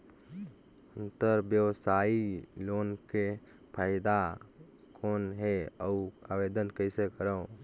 अंतरव्यवसायी लोन के फाइदा कौन हे? अउ आवेदन कइसे करव?